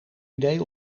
idee